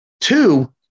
Two